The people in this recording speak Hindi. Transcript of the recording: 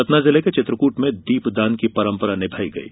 सतना जिले के चित्रकूट में दौपदान की परंपरा निभायी गयी